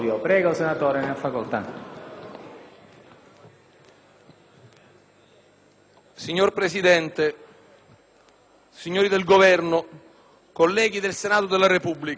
Signor Presidente, signori del Governo, colleghi del Senato della Repubblica, il Movimento per l'Autonomia,